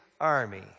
army